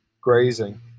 grazing